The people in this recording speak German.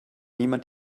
niemand